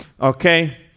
Okay